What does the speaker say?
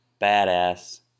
badass